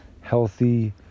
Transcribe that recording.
healthy